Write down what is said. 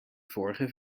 vorige